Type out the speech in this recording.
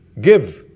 give